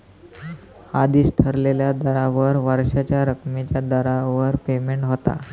आधीच ठरलेल्या दरावर वर्षाच्या रकमेच्या दरावर पेमेंट होता